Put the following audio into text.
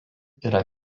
yra